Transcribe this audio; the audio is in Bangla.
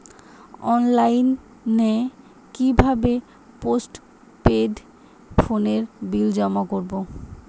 অনলাইনে কি ভাবে পোস্টপেড ফোনের বিল জমা করব?